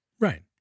right